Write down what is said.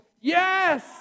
Yes